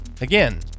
Again